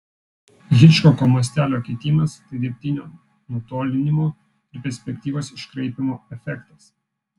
hičkoko mastelio keitimas tai dirbtinio nutolinimo ir perspektyvos iškraipymo efektas